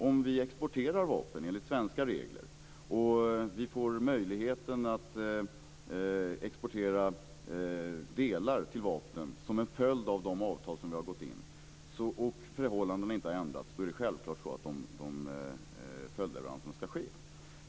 Om vi exporterar vapen enligt svenska regler, och vi får möjlighet att exportera delar till vapnen som en följd av ingångna avtal och om förhållandena inte har ändrats, är det självklart att följdleveranser ska ske.